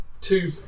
two